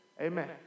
amen